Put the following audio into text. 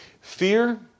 Fear